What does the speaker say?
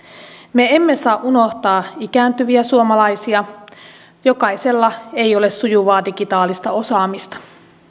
me emme saa unohtaa ikääntyviä suomalaisia jokaisella ei ole sujuvaa digitaalista osaamista